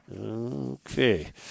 Okay